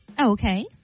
Okay